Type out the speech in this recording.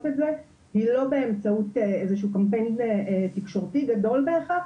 את זה היא לא באמצעות איזשהו קמפיין תקשורתי גדול בהכרח,